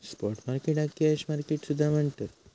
spot मार्केटाक cash market सुद्धा म्हणतत